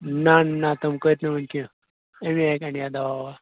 نہَ نہَ تِم کٔرۍ نہٕ وُنہِ کیٚنٛہہ أمی ہَے گنٛڈیاو دوا وَوا